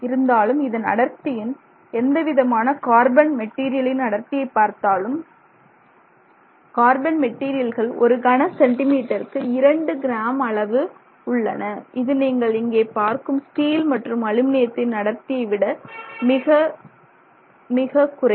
இருந்தாலும் இதன் அடர்த்தி எண் எந்தவிதமான கார்பன் மெட்டீரியலின் அடர்த்தியை பார்த்தாலும் கார்பன் மெட்டீரியல்கள் ஒரு கன சென்டி மீட்டருக்கு இரண்டு கிராம் உள்ளன இது நீங்கள் இங்கே பார்க்கும் ஸ்டீல் மற்றும் அலுமினியத்தின் அடர்த்தியை விட மிக மிக குறைவு